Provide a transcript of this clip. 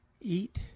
eat